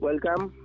Welcome